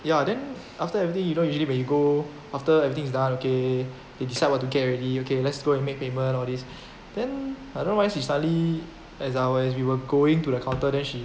ya then after everything you know usually when you go after everything's done okay they decide what to get already okay let's go and make payment or these then I don't know why she suddenly as I were as we were going to the counter then she